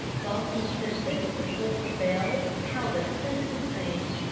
balsam-scented, with the pulse of bells, how the senses sing!